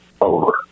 over